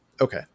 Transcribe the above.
Okay